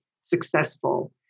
successful